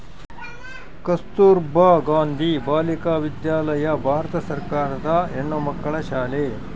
ಕಸ್ತುರ್ಭ ಗಾಂಧಿ ಬಾಲಿಕ ವಿದ್ಯಾಲಯ ಭಾರತ ಸರ್ಕಾರದ ಹೆಣ್ಣುಮಕ್ಕಳ ಶಾಲೆ